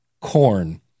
corn